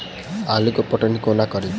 आलु केँ पटौनी कोना कड़ी?